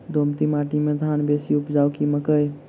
दोमट माटि मे धान बेसी उपजाउ की मकई?